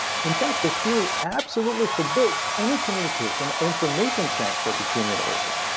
in fact, the theory absolutely forbids any communication or information transfer between universes.